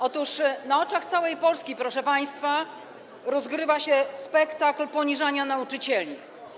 Otóż na oczach całej Polski, proszę państwa, rozgrywa się spektakl poniżania nauczycieli.